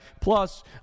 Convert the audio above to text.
Plus